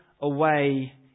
away